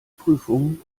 prüfung